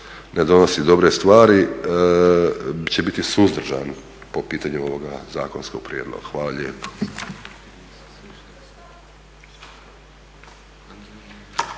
ne donosi dobre stvari, će biti suzdržan po pitanju ovoga zakonskog prijedloga. Hvala lijepo.